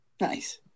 Nice